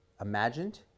imagined